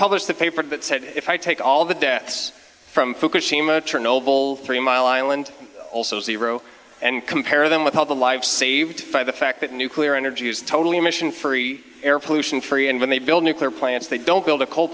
published a paper that said if i take all the deaths from fukushima three mile island also zero and compare them with all the lives saved by the fact that nuclear energy is totally emission free air pollution free and when they build nuclear plants they don't build a coal